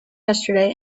yesterday